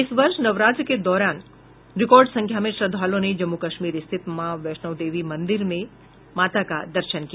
इस वर्ष नवरात्र के दौरान रिकार्ड संख्या में श्रद्धालुओं ने जम्मू कश्मीर स्थित माता वैष्णो देवी मंदिर में माता का दर्शन किया